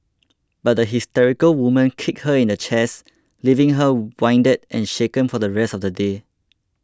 but the hysterical woman kicked her in the chest leaving her winded and shaken for the rest of the day